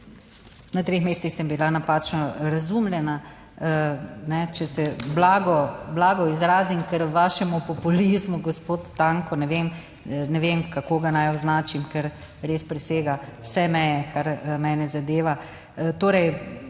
na treh mestih sem bila napačno razumljena. Če se blago, blago izrazim, ker vašemu populizmu, gospod Tanko ne vem, ne vem kako ga naj označim, ker res presega vse meje, kar mene zadeva.